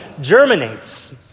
germinates